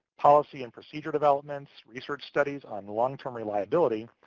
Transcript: policy and procedure developments, research studies on long-term reliability,